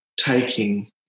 taking